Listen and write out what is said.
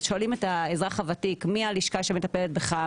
שואלים את האזרח הוותיק מי הלשכה שמטפלת בך,